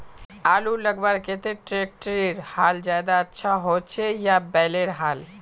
आलूर लगवार केते ट्रैक्टरेर हाल ज्यादा अच्छा होचे या बैलेर हाल?